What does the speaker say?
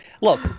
Look